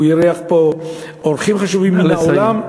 הוא אירח פה אורחים חשובים מהעולם,